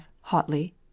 hotly